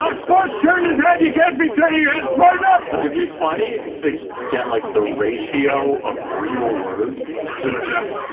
ah sparks turned his head, you can't be turning your head, smarten up! it'd be funny to get like, the ratio of real words to just.